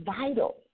vital